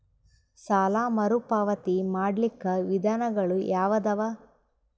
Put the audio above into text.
ಸಾಲ ಮರುಪಾವತಿ ಮಾಡ್ಲಿಕ್ಕ ವಿಧಾನಗಳು ಯಾವದವಾ?